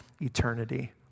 eternity